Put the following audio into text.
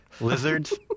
Lizards